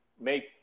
make